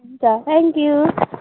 हुन्छ thank you